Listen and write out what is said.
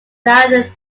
are